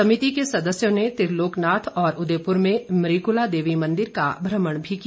समिति के सदस्यों ने त्रिलोकनाथ और उदयपुर में मृकुला देवी मंदिर का भ्रमण भी किया